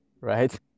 right